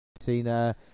seen